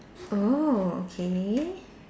oh okay